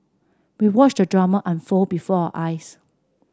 we watched the drama unfold before our eyes